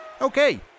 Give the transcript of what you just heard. Okay